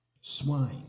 swine